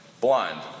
blind